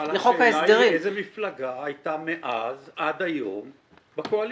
אבל השאלה היא איזו מפלגה הייתה מאז עד היום בקואליציה.